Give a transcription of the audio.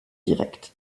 directs